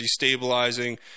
destabilizing